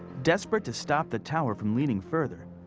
desperate to stop the tower from leaning further,